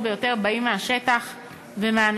ביותר באמת באות תמיד מהשטח ומהאנשים,